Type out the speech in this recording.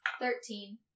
Thirteen